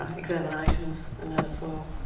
ah examinations and that as well.